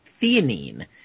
theanine